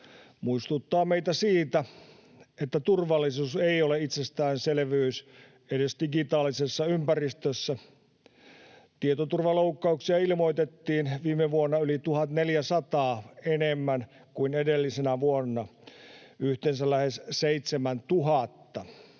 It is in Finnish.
muistuttaa meitä siitä, että turvallisuus ei ole itsestäänselvyys edes digitaalisessa ympäristössä. Tietoturvaloukkauksia ilmoitettiin viime vuonna yli 1 400 enemmän kuin edellisenä vuonna — yhteensä lähes 7 000.